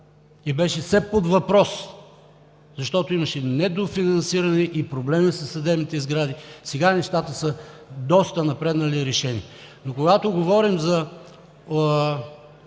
и беше все под въпрос, защото имаше недофинансиране и проблеми със съдебните сгради. Сега нещата са доста напреднали и решени. Но когато говорим за